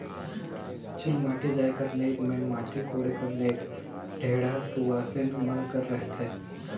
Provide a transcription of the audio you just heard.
चुलमाटी जाए कर नेग मे माटी कोड़े कर नेग ढेढ़ा सुवासेन मन कर रहथे